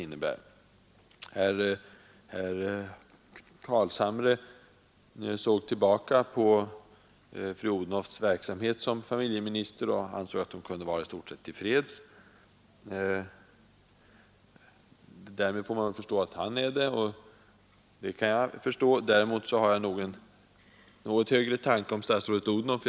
Herr Carlshamre såg tillbaka på fru Odhnoffs verksamhet som familjeminister och ansåg att hon kunde vara i stort sett till freds. Man får alltså anta att han är det, och det kan jag förstå. Däremot har jag en något högre tanke om statsrådet Odhnoff.